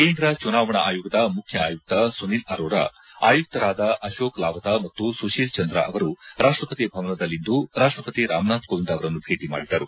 ಕೇಂದ್ರ ಚುನಾವಣಾ ಆಯೋಗದ ಮುಖ್ಯ ಆಯುಕ್ತ ಸುನಿಲ್ ಅರೋರಾ ಆಯುಕ್ತರಾದ ಅರೋಕ ಲಾವತ ಮತ್ತು ಸುಶೀಲ್ ಚಂದ್ರ ಅವರು ರಾಷ್ಷಪತಿ ಭನದಲ್ಲಿಂದು ರಾಷ್ಷಪತಿ ರಾಮನಾಥ್ ಕೋವಿಂದ್ ಅವರನ್ನು ಭೇಟಿ ಮಾಡಿದರು